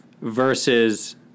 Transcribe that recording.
versus